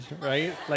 right